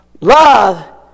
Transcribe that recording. Love